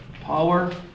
Power